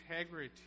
integrity